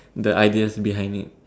the ideas behind it